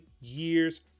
years